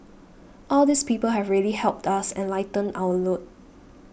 all these people have really helped us and lightened our load